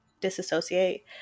disassociate